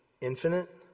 infinite